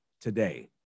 today